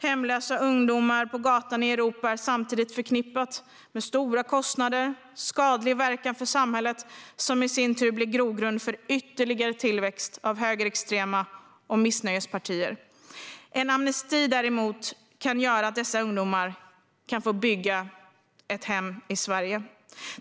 Hemlösa ungdomar på gatan i Europa är samtidigt förknippat med stora kostnader och skadlig verkan för samhället, vilket i sin tur blir grogrund för ytterligare tillväxt av högerextrema och missnöjespartier. En amnesti kan däremot göra att dessa ungdomar kan få bygga ett hem i Sverige.